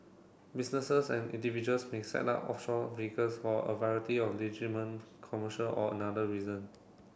businesses and individuals may set up offshore vehicles for a variety of commercial or another reason